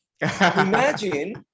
Imagine